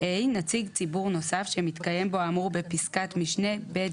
(ה) נציג ציבור נוסף שמתקיים בו האמור בפסקת משנה (ב),